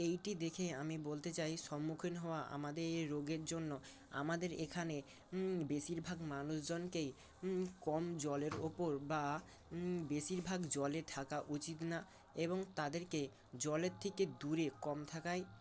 এইটি দেখে আমি বলতে চাই সম্মুখীন হওয়া আমাদের এই রোগের জন্য আমাদের এখানে বেশিরভাগ মানুষজনকেই কম জলের ওপর বা বেশিরভাগ জলে থাকা উচিত না এবং তাদেরকে জলের থেকে দূরে কম থাকাই